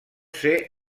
ser